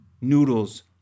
noodles